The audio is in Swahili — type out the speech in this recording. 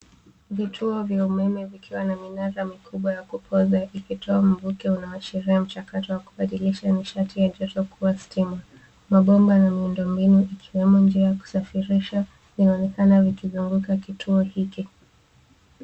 Vituo vya umeme vikiwa na minara mikubwa ya kupooza ikitoa mvuke unaoashiria mchakato wa kubadilisha nishati ya joto kuwa stima. Mabomba ya miundombinu ikiwemo njia ya kusafirisha inaonekana vikizunguka kituo hiki.